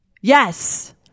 Yes